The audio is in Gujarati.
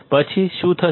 પછી શું થશે